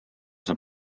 saab